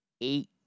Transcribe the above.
eight